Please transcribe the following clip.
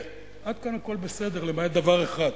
עד כאן הכול בסדר, למעט דבר אחד,